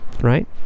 right